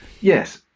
Yes